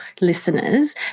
listeners